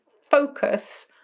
focus